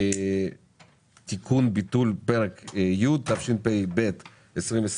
(תיקון - ביטול פרק י'), התשפ"ב-2021,